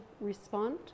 respond